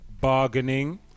bargaining